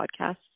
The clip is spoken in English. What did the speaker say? podcasts